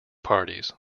parties